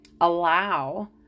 allow